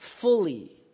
fully